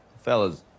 Fellas